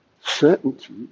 Certainty